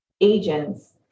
agents